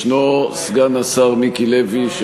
ישנו סגן השר מיקי לוי,